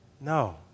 No